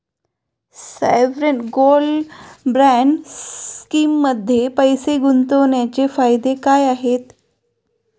Sovereign gold bond स्कीममध्ये पैसे गुंतवण्याचे फायदे काय आहेत?